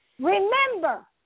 Remember